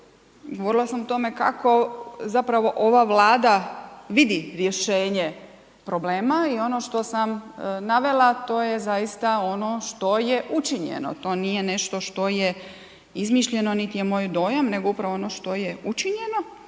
govorila sam o tome kako zapravo ova Vlada vidi rješenje problema i ono što sam navela to je zaista ono što je učinjeno, to nije nešto što je izmišljeno niti je moj dojam nego upravo ono što je učinjeno.